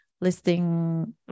listing